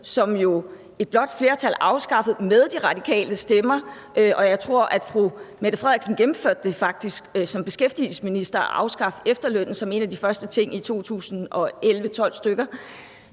som et blåt flertal jo afskaffede med De Radikales stemmer – og jeg tror, at fru Mette Frederiksen faktisk som beskæftigelsesminister gennemførte at afskaffe efterlønnen som en af de første ting i 2011 eller